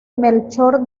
melchor